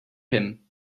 him